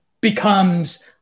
becomes